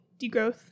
degrowth